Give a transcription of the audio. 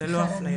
ללא אפליה.